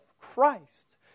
Christ